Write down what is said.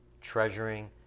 Treasuring